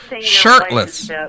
shirtless